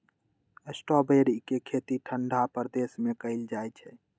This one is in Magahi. स्ट्रॉबेरी के खेती ठंडा प्रदेश में कएल जाइ छइ